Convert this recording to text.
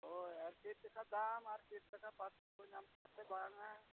ᱦᱳᱭ ᱟᱨ ᱪᱮᱫ ᱞᱮᱠᱟ ᱫᱟᱢ ᱟᱨ ᱪᱮᱫ ᱞᱮᱞᱟ ᱯᱟᱨᱥᱴ ᱠᱚᱠᱚ ᱧᱟᱢᱚᱜᱼᱟ ᱥᱮ ᱵᱟᱝᱟ